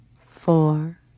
four